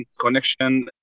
connection